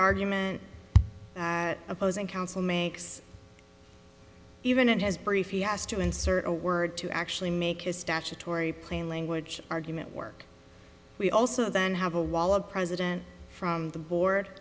argument opposing counsel makes even and has brief he has to insert a word to actually make his statutory plain language argument work we also then have a wall a president from the board